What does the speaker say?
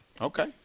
Okay